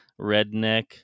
redneck